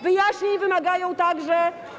Wyjaśnień wymagają także.